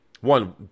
one